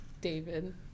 David